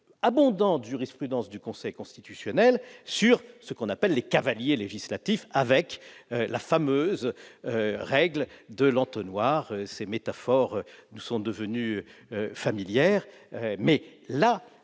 abondante jurisprudence du Conseil constitutionnel sur ce que l'on appelle les « cavaliers législatifs » et la fameuse règle « de l'entonnoir », métaphores qui nous sont devenues familières ...